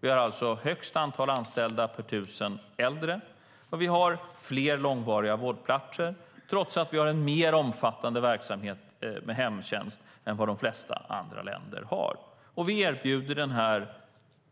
Vi har flest anställda per tusen äldre och fler långvariga vårdplatser trots att vi har en mer omfattande verksamhet med hemtjänst än vad de flesta andra länder har. Vi erbjuder denna